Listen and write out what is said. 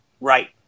Right